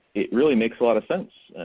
it really makes a lot of sense.